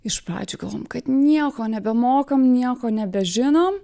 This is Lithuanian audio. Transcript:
iš pradžių galvojom kad nieko nebemokam nieko nebežinom